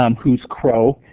um who is crow,